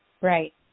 Right